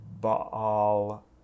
Baal